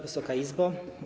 Wysoka Izbo!